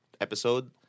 episode